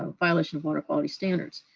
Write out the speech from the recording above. violation of water quality standards.